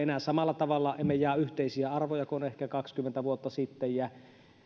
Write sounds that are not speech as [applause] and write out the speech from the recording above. [unintelligible] enää samalla tavalla jaa yhteisiä arvoja kuin ehkä kaksikymmentä vuotta sitten ja